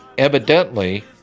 Evidently